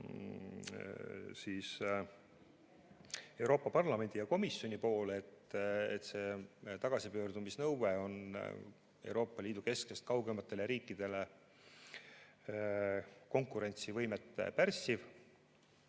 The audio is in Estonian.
Euroopa Parlamendi ja komisjoni poole, et see tagasipöördumise nõue on Euroopa Liidu keskusest kaugemate riikide konkurentsivõimet pärssiv.